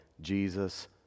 Jesus